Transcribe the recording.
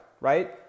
right